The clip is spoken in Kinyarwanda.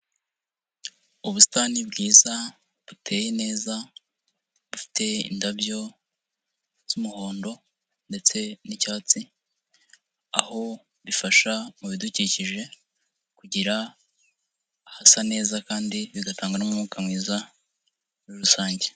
Ubusitani bwiza buteye neza bufite indabyo z'umuhondo ndetse n'icyatsi, aho bifasha mu bidukikije kugira ahasa neza kandi bigatanga n'umwuka mwiza muri rusange.